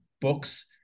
books